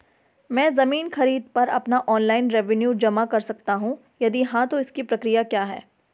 मैं ज़मीन खरीद पर अपना ऑनलाइन रेवन्यू जमा कर सकता हूँ यदि हाँ तो इसकी प्रक्रिया क्या है?